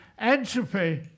Entropy